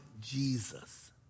Jesus